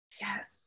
Yes